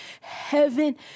heaven